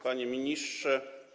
Panie Ministrze!